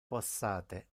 passate